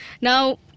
Now